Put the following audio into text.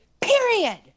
period